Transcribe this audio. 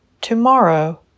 Tomorrow